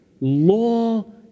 law